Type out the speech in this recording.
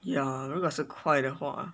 ya 如果是快的话